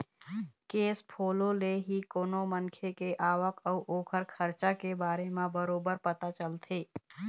cash follow ले ही कोनो मनखे के आवक अउ ओखर खरचा के बारे म बरोबर पता चलथे